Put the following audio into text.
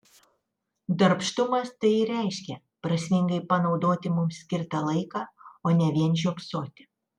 darbštumas tai ir reiškia prasmingai panaudoti mums skirtą laiką o ne vien žiopsoti